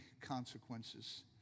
consequences